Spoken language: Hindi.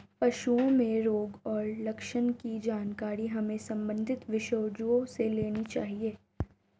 पशुओं में रोग और लक्षण की जानकारी हमें संबंधित विशेषज्ञों से लेनी चाहिए